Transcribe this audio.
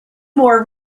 more